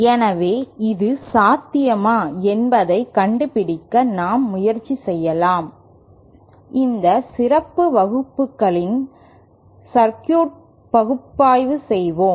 எனவே இது சாத்தியமா என்பதைக் கண்டுபிடிக்க நாம் முயற்சி செய்யலாம் இந்த சிறப்பு வகுப்புகளின் சர்க்யூட்ஐ பகுப்பாய்வு செய்வோம்